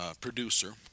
Producer